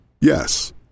Yes